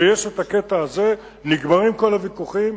כשיש הקטע הזה נגמרים כל הוויכוחים,